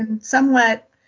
somewhat